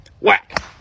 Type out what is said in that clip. Whack